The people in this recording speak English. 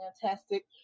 fantastic